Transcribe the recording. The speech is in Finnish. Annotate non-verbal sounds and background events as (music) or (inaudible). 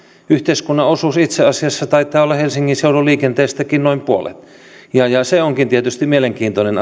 yhteiskunnan osuus taitaa itse asiassa olla helsingin seudun liikenteestäkin noin puolet ja se onkin tietysti mielenkiintoinen (unintelligible)